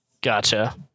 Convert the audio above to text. Gotcha